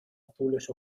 azules